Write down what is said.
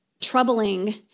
troubling